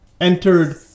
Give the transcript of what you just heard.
entered